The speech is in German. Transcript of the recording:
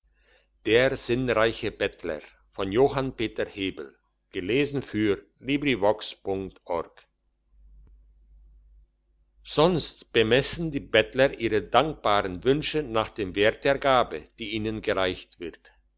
der sinnreiche bettler sonst bemessen die bettler ihre dankbaren wünsche nach dem wert der gabe die ihnen gereicht wird